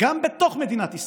גם בתוך מדינת ישראל,